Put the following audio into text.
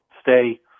stay